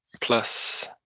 plus